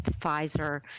Pfizer